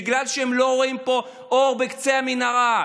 בגלל שהם לא רואים פה אור בקצה המנהרה,